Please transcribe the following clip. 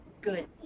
good